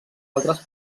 altres